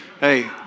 Hey